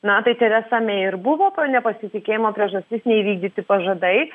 na tai teresa mei ir buvo nepasitikėjimo priežastis neįvykdyti pažadai